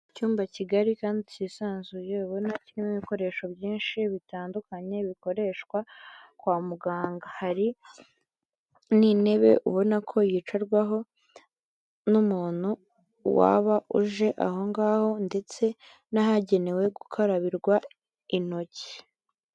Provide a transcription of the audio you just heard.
Icyumba kigari kandi cyisanzuye ubona kirimo ibikoresho byinshi bitandukanye bikoreshwa kwa muganga. Hari n'intebe ubona ko yicarwaho n'umuntu waba uje aho ngaho ndetse n'ahagenewe gukarabirwa intoki.